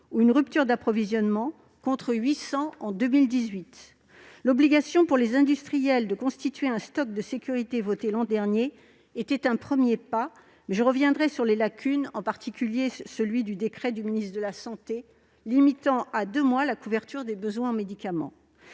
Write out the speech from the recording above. ou une rupture d'approvisionnement, contre 800 en 2018. L'obligation pour les industriels de constituer un stock de sécurité votée l'an dernier était un premier pas- je reviendrai sur les lacunes du dispositif, en particulier sur le décret du ministre de la santé limitant à deux mois la couverture des besoins en médicaments.